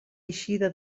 eixida